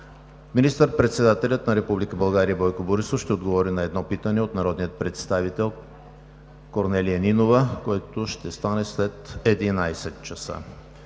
Министър-председателят на Република България Бойко Борисов ще отговори на едно питане от народния представител Корнелия Нинова, което ще стане след 11,00 ч.